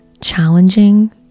challenging